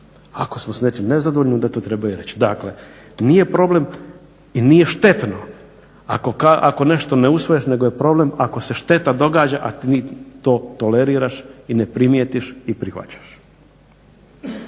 Ako smo s nečim nezadovoljni onda to treba i reći. Dakle, nije problem i nije štetno, ako nešto ne usvajaš nego je problem ako se šteta događa a ti toleriraš, i ne primijetiš i prihvaćaš.